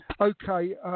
Okay